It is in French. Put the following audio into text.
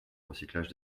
recyclage